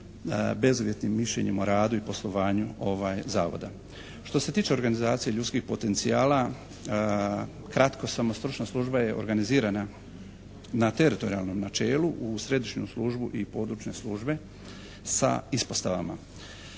bezuvjetnim mišljenjem o radu i poslovanju Zavoda. Što se tiče organizacije ljudskih potencijala kratko samo, stručna služba je organizirana na teritorijalnom načelu u središnju službu i područne službe sa ispostavama.